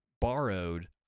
borrowed